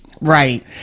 Right